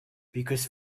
because